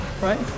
right